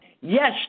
Yes